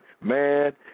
man